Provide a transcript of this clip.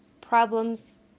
problems